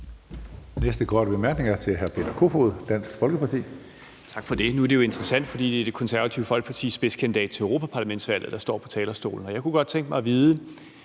næste korte bemærkning er til hr. Peter Kofod, Dansk Folkeparti. Kl. 19:27 Peter Kofod (DF): Tak for det. Nu er det jo interessant, fordi det er Det Konservative Folkepartis spidskandidat til europaparlamentsvalget, der står på talerstolen. Jeg kunne godt tænke mig at vide: